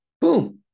Boom